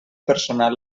personal